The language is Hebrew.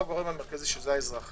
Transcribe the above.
שהוא הגורם המרכזי - האזרחים,